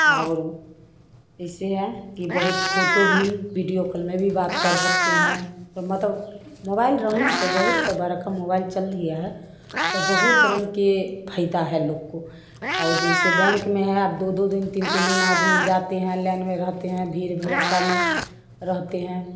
और इससे है कि बहुत फोटो भी बीडियो कॉल में भी बात कर सकते हैं मतलब मोबाइल रहने से बहुत बड़का मोबाइल चल दिया है तो बहुत रंग के फायदा है लोग को और जैसे बैंक में है अब दो दो दिन तीन तीन दिन आदमी जाते है आ लाइन में रहते हैं भीड़ भीड़क्का में रहते हैं